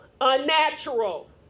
Unnatural